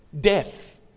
death